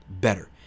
better